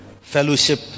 Fellowship